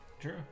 True